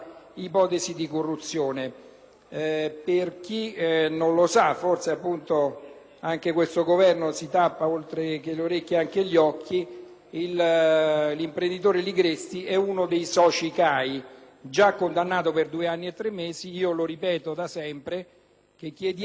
Per chi non lo sa (forse anche questo Governo si tappa oltre che le orecchie anche gli occhi), l'imprenditore Ligresti è uno dei soci CAI che è stato già condannato a due anni e tre mesi di detenzione. Ripeto, è da sempre che chiediamo con forza di